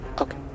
Okay